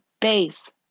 base